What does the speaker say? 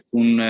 un